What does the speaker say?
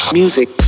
Music